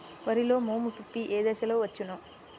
వరిలో మోము పిప్పి ఏ దశలో వచ్చును?